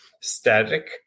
static